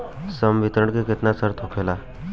संवितरण के केतना शर्त होखेला?